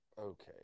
Okay